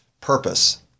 purpose